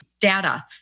Data